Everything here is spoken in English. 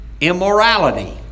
immorality